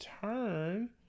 turn